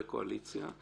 קואליציה.